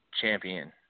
champion